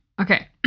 Okay